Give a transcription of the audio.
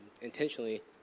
intentionally